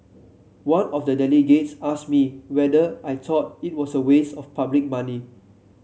one of the delegates asked me whether I thought it was a waste of public money